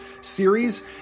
series